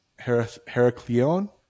Heracleon